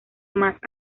mas